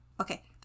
Okay